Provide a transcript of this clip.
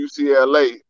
UCLA